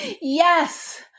Yes